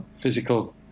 physical